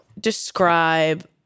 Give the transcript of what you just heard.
describe